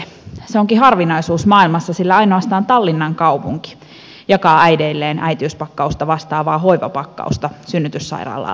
se onkin harvinaisuus maailmassa sillä ainoastaan tallinnan kaupunki jakaa äideilleen äitiyspakkausta vastaavaa hoivapakkausta synnytyssairaalaan lähdettäessä